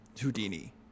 Houdini